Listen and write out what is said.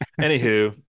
anywho